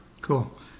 Cool